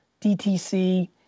DTC